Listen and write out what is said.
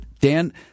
Dan